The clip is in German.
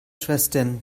schwestern